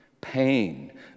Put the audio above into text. Pain